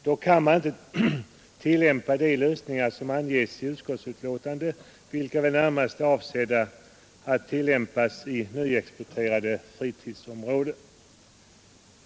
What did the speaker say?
Då kan man inte tillämpa de lösningar som anges i utskottsbetänkandet, vilka närmast är avsedda att tillämpas i nyexploaterade fritidsområden.